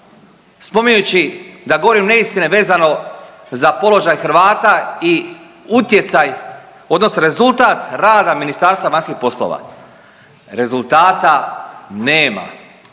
spominjući da govorim neistine vezano za položaj Hrvata i utjecaj odnosno rezultat rada Ministarstva vanjskih poslova. Rezultata nema.